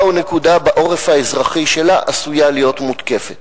ונקודה בעורף האזרחי שלה עשויה להיות מותקפת.